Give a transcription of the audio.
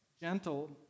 gentle